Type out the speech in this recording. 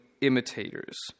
imitators